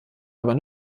aber